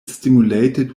stimulated